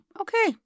Okay